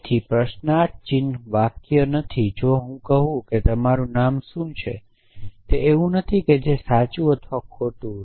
તેથી પ્રશ્નાર્થ ચિહ્નો વાક્યો નથી જો હું કહું કે તમારું નામ શું છે તે એવું નથી કે જે સાચું અથવા ખોટું છે